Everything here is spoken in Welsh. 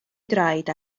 draed